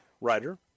Writer